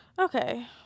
Okay